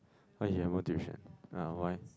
oh you have no tuition ah why